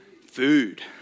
food